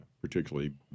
particularly